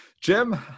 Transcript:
Jim